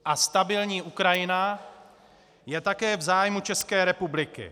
A stabilní Ukrajina je také v zájmu České republiky.